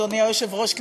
אדוני היושב-ראש,